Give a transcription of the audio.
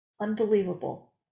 Unbelievable